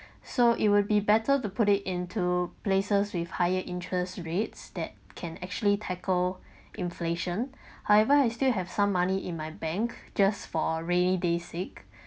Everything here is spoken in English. so it would be better to put it into places with higher interest rates that can actually tackle inflation however I still have some money in my bank just for rainy days sick